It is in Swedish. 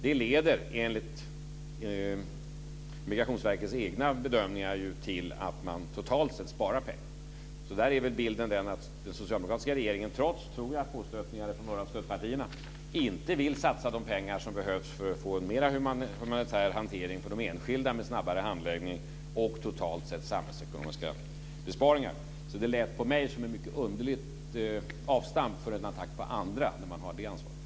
Det leder, enligt Migrationsverkets egna bedömningar, till att man totalt sett sparar pengar. Där är bilden den att den socialdemokratiska regeringen, trots påstötningar från några av stödpartierna, inte vill satsa de pengar som behövs för att man ska få en mer humanitär hantering för de enskilda med snabbare handläggning och totalt sett samhällsekonomiska besparingar. För mig lät det som ett mycket underligt avstamp för en attack på andra när man har det ansvaret.